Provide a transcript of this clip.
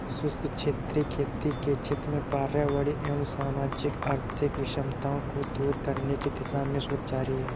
शुष्क क्षेत्रीय खेती के क्षेत्र में पर्यावरणीय एवं सामाजिक आर्थिक विषमताओं को दूर करने की दिशा में शोध जारी है